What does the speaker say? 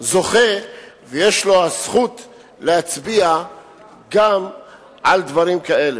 זוכה ויש לו הזכות להצביע גם על דברים כאלה.